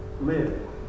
live